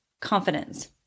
confidence